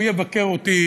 הוא יבקר אותי